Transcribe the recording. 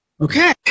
Okay